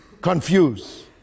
confuse